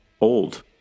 old